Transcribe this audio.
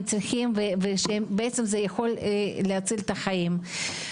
צריכים את השירותים האלו ושבעצם הם יכולים להציל להם את החיים.